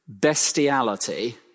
bestiality